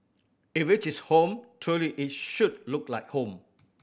if it is home truly it should look like home